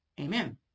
Amen